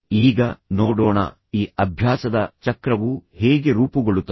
ಈಗ ನೋಡೋಣ ಈ ಅಭ್ಯಾಸದ ಚಕ್ರವು ಹೇಗೆ ರೂಪುಗೊಳ್ಳುತ್ತದೆ